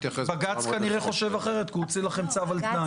בג"ץ כנראה חושב אחרת כי הוא הוציא לכם צו על תנאי.